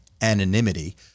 anonymity